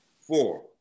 four